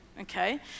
Okay